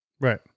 Right